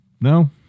No